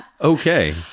okay